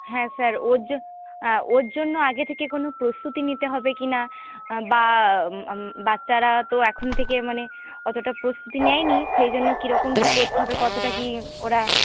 হ্যাঁ স্যার ওর হ্যাঁ ওর জন্য আগে থেকে কোনো প্রস্তুতি নিতে হবে কিনা বা বাচ্চারা তো এখন থেকে মানে অতটা প্রস্তুতি নেয়নি সেইজন্য কিরকম কি করতে হবে কতটা কি ওরা